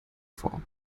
vor